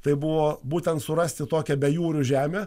tai buvo būtent surasti tokią bejūrių žemę